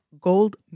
gold